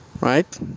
right